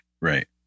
Right